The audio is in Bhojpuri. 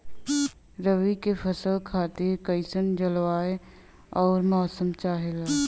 रबी क फसल खातिर कइसन जलवाय अउर मौसम चाहेला?